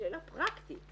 שאלה פרקטית